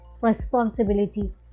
responsibility